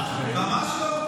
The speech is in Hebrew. ספרנו, ממש לא,